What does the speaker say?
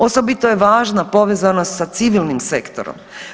Osobito je važna povezanost sa civilnim sektorom.